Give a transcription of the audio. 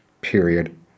period